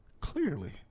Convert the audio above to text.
Clearly